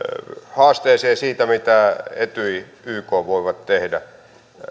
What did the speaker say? haasteeseen siitä mitä etyj yk voivat tehdä